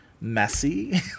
messy